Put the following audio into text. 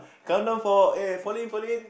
come down for eh fall in fall in